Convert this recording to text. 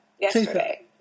yesterday